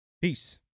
Peace